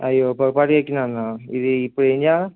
అయ్యో పొరపాటుగా ఎక్కినా అన్న ఇది ఇప్పుడు ఏం చేయాలి